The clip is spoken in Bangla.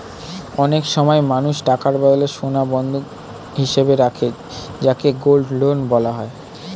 অনেক সময় মানুষ টাকার বদলে সোনা বন্ধক হিসেবে রাখে যাকে গোল্ড লোন বলা হয়